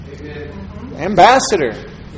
ambassador